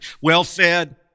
well-fed